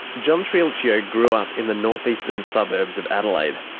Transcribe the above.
john triulcio grew up in the north-eastern suburbs of adelaide.